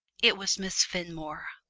it was miss fenmore.